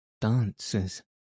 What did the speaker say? dancers